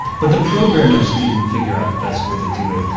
but the programmers didn't figure out the best way to do it.